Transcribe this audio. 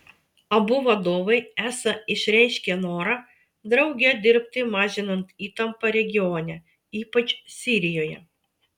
abu vadovai esą išreiškė norą drauge dirbti mažinant įtampą regione ypač sirijoje